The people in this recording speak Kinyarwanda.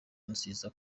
nziza